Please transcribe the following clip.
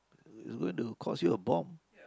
it's going to cost you a bomb